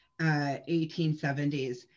1870s